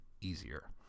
easier